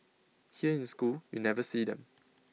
here in school you never see them